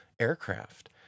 aircraft